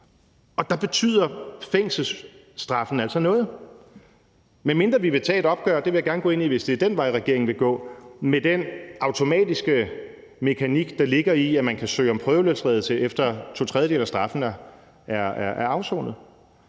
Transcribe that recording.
Og der betyder fængselsstraffen altså noget, medmindre vi vil tage et opgør – det vil jeg gerne gå ind i, hvis det er den vej, regeringen vil gå – med den automatiske mekanik, der ligger i, at man kan søge om prøveløsladelse, efter to tredjedele af straffen er afsonet.